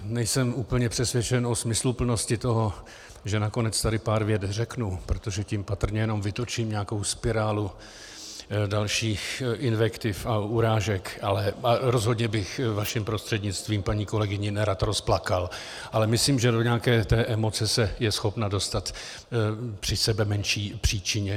Nejsem úplně přesvědčen o smysluplnosti toho, že nakonec tady pár vět řeknu, protože tím patrně jenom vytočím nějakou spirálu dalších invektiv a urážek a rozhodně bych vaším prostřednictvím paní kolegyni nerad rozplakal, ale myslím, že do nějaké emoce je schopna se dostat při sebemenší příčině.